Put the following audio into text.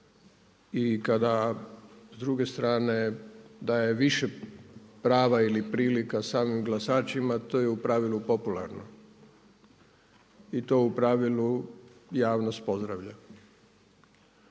i kada s druge strane daje više prava ili prilika samim glasačima to je u pravilu popularno i to u pravilu javnost pozdravlja.